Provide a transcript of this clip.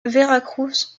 veracruz